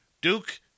Duke